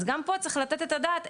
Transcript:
אז גם פה צריך לתת את הדעת,